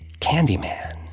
Candyman